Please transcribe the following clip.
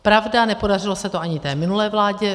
Pravda, nepodařilo se to ani té minulé vládě.